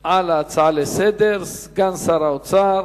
על ההצעה לסדר-היום סגן שר האוצר,